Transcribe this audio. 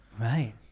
right